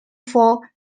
for